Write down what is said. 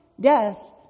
death